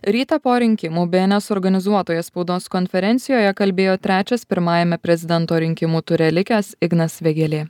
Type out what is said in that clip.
rytą po rinkimų bns suorganizuotoje spaudos konferencijoje kalbėjo trečias pirmajame prezidento rinkimų ture likęs ignas vėgėlė